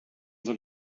soll